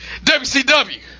WCW